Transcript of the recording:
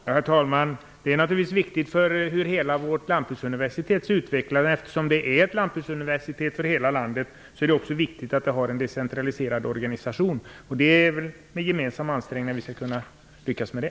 Herr talman! Detta är naturligtvis viktigt för ut vecklingen av hela Lantbruksuniversitetet. Efter som det är ett lantbruksuniversitet för hela landet är det också viktigt att det finns en decentraliserad organisation. Med gemensamma ansträngningar skall vi lyckas med det.